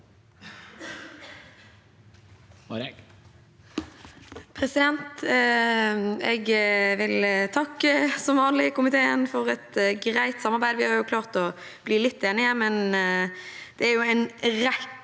for saken): Jeg vil som vanlig takke komiteen for et greit samarbeid. Vi har klart å bli litt enige, men det er jo en rekke